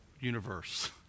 universe